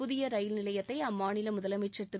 புதிய ரயில் நிலையத்தை அம்மாநில முதலமைச்சன் திரு